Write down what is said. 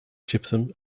gypsum